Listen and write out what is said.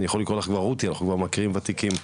אנחנו כבר מכירים ותיקים.